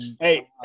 Hey